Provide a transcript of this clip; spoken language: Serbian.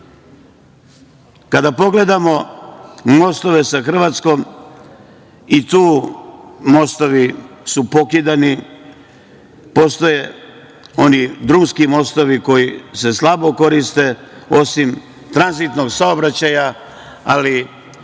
pogledamo mostove sa Hrvatskom, i tu mostovi su pokidani. Postoje oni drumski mostovi koji se slabo koriste, osim tranzitnog saobraćaja ali kada